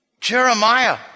Jeremiah